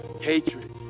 Hatred